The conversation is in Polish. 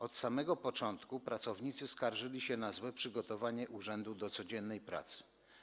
Od samego początku pracownicy skarżyli się na złe przygotowanie urzędu do codziennej pracy.